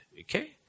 Okay